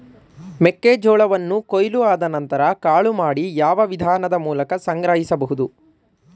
ಮೆಕ್ಕೆ ಜೋಳವನ್ನು ಕೊಯ್ಲು ಆದ ನಂತರ ಕಾಳು ಮಾಡಿ ಯಾವ ವಿಧಾನದ ಮೂಲಕ ಸಂಗ್ರಹಿಸಬಹುದು?